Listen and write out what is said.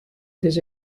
this